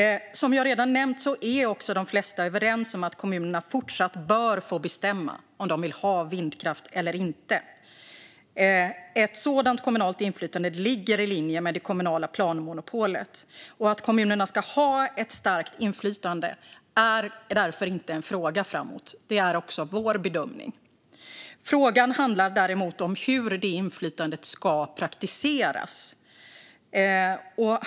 Som jag redan nämnt är också de flesta överens om att kommunerna fortsatt bör få bestämma om de vill ha vindkraft eller inte. Ett sådant kommunalt inflytande ligger i linje med det kommunala planmonopolet. Att kommunerna ska ha ett starkt inflytande är därför inte en fråga framåt. Det är också vår bedömning. Frågan handlar däremot om hur det inflytandet ska praktiseras.